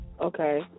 Okay